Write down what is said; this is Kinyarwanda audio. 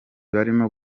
barimo